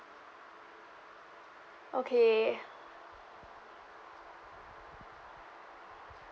okay